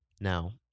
Now